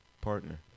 partner